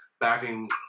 backing